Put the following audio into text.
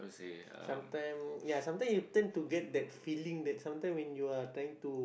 some time ya some time you turn to get that feeling that some time when you are trying to